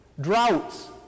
droughts